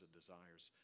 desires